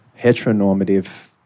heteronormative